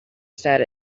said